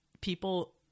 people